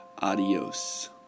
Adios